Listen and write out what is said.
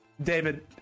david